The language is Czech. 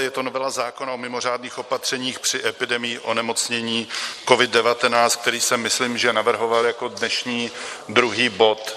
Je to novela zákona o mimořádných opatřeních při epidemii onemocnění covid19, který jsem, myslím, navrhoval jako dnešní druhý bod.